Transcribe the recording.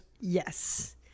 Yes